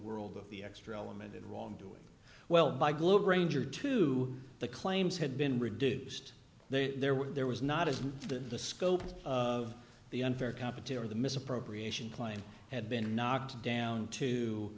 world of the extra element of wrongdoing well by globe ranger to the claims had been reduced there were there was not as the scope of the unfair competition of the misappropriation client had been knocked down to